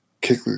kick